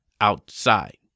outside